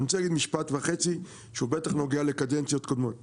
אני רוצה להגיד משפט וחצי שהוא בטח נוגע לקדנציות קודמות,